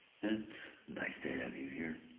it's nice to have you here.